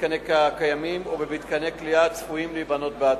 במתקנים הקיימים או במתקני כליאה הצפויים להיבנות בעתיד.